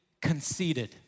conceited